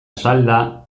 salda